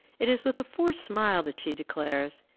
it is with a forced smile that she declares,